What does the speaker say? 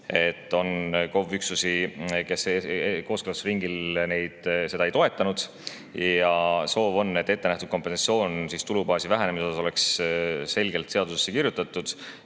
et on KOV-i üksusi, kes kooskõlastusringil seda ei toetanud, ja soov on, et ette nähtud kompensatsioon tulubaasi vähenemise korral oleks selgelt seadusesse kirjutatud.